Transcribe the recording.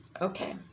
Okay